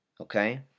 Okay